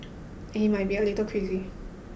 and he might be a little crazy